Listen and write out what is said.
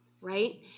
right